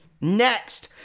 Next